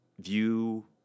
view